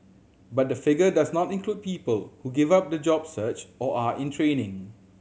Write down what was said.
but the figure does not include people who give up the job search or are in training